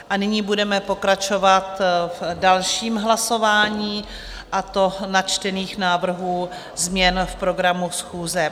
A nyní budeme pokračovat v dalším hlasování, a to načtených návrhů změn v programu schůze.